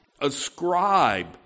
ascribe